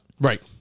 Right